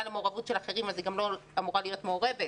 למעורבות של אחרים אז היא גם לא אמורה להיות מעורבת.